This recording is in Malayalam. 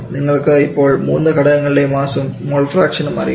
നിങ്ങൾക്ക് ഇപ്പോൾ മൂന്ന് ഘടകങ്ങളുടെയും മാസും മോൾ ഫ്രാക്ഷൻ ഉം അറിയാം